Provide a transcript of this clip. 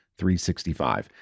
365